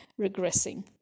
regressing